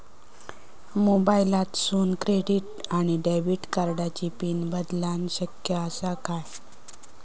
मोबाईलातसून क्रेडिट किवा डेबिट कार्डची पिन बदलना शक्य आसा काय?